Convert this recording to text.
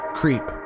creep